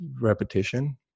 repetition